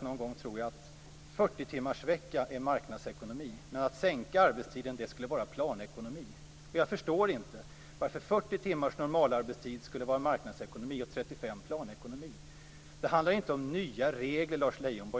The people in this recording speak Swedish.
någon gång har sagt att 40 timmars arbetsvecka är marknadsekonomi. Men en sänkning av arbetstiden skulle vara planekonomi. Jag förstår inte varför 40 timmars normal arbetstid skulle vara marknadsekonomi och 35 timmar planekonomi. Det handlar inte om nya regler, Lars Leijonborg.